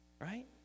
right